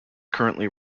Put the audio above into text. currently